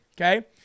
okay